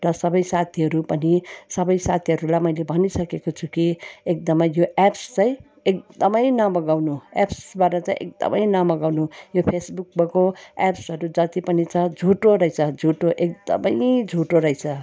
र सबै साथीहरू पनि सबै साथीहरूलाई मैले भनिसकेको छु कि एकदमै यो एप्स चाहिँ एकदमै नमगाउनु एप्सबाट चाहिँ एकदमै नमगाउनु यो फेसबुकको एप्सहरू जत्ति पनि छ झुटो रहेछ झुटो एकदमै झुटो रहेछ